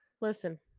Listen